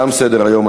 תם סדר-היום.